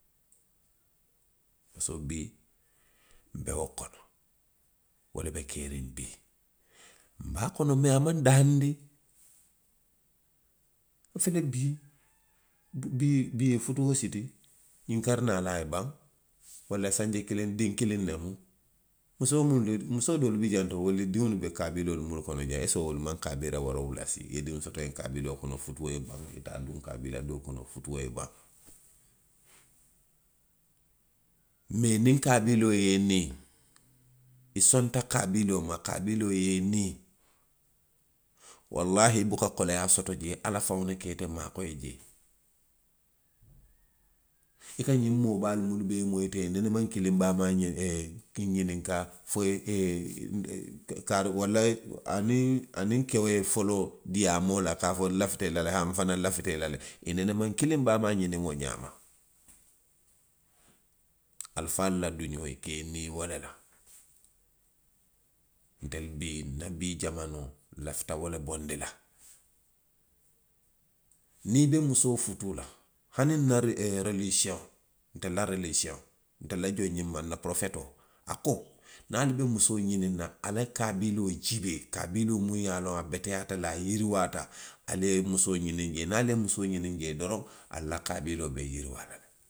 Musoo bii. nbe wo kono. wo le be keeriŋ bii. Nbe a kono mee a maŋ ndahaand; a fele bii, bii i ye futuo siti, ňiŋ kari naalaa a ye baŋ, walla sanji kiliŋ diŋ kiliŋ ne mu, musoo; mu, musoo doolu bi jaŋ to. wolu diŋolu be kaabiloolu munnu kono jaŋ, esiko wolu maŋ kaabila woorowula sii, i ye diŋo soto ňiŋ kaabiloo kono, futuo ye baŋ. i ye taa duŋ kaabila doo kono futuo ye baŋ. Mee niŋ kaabiloo ye i nii. i sonta kaabilioo ma. kaabiloo ye i nii. wallahi i buka koleyaa soto jee, ala faŋo le ka ite maakoyi jee. I ka ňiŋ moo baalu minuu moyi teŋ, i nene maŋ kiliŋ baamaa ee ňininkaa fo i ye, ee kaarii, walla. aniŋ. aniŋ keo ye foloo diyaamoo la ka a fo. nlafita i la le. haa nfanaŋ nlafita i la le. I nene maŋ kiliŋ baamaa ňiniŋ wo ňaama. Alifaalu la duňoo ye, i ka i nii wo le la. Ntelu bi, nna bii jamaanoo, nlafita wo le bondi la. Niŋ i be mu, woo futuu la. hani nna rolii, roliisiyoŋo, ntelu la roliisiyoŋo, ntelu la joŋ ňinmaa, nna porofetoo, a ko:niŋ ali be musoo ňiniŋ na. a la kaabiloo jiibee, kaabiloo muŋ ye a loŋ a beteyaata, a yiriwaata, ali ye mu, woo ňiniŋ jee. Niŋ ali ye, mu. woo ňiniŋ jee doroŋ ali la kaabiloo be yiriwaa la le.